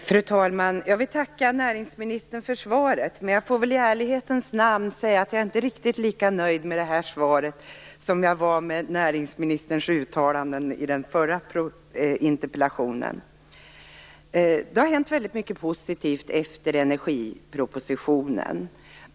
Fru talman! Jag vill tacka näringsministern för svaret, men jag får väl i ärlighetens namn säga att jag inte är riktigt lika nöjd med det här svaret som med näringsministerns uttalanden i den förra interpellationsdebatten. Det har hänt väldigt mycket positivt efter energipropositionen.